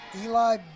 Eli